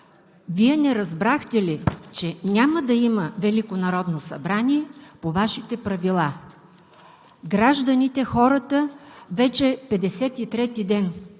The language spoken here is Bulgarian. Вие не разбрахте ли, че няма да има Велико народно събрание по Вашите правила? Гражданите, хората вече 53-ти ден